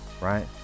Right